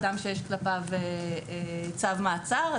אדם שיש כלפיו צו מעצר,